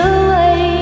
away